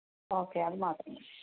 okay അതു മാത്രം മതി